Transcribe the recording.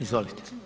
Izvolite.